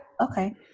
okay